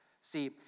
See